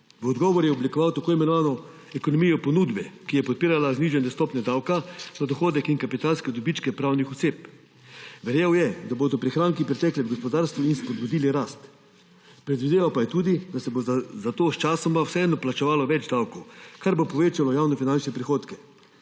V odgovoru je oblikoval tako imenovano ekonomijo ponudbe, ki je podpirala znižanje stopnje davka od dohodka in kapitalske dobičke pravnih oseb. Verjel je, da bodo prihranki pritekli v gospodarstvo in spodbudili rast. Predvideval pa je tudi, da se bo zato sčasoma plačevalo več davkov, kar bo povečalo javnofinančne prihodke.